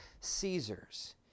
Caesar's